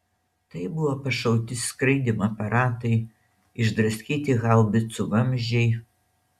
tai buvo pašauti skraidymo aparatai išdraskyti haubicų vamzdžiai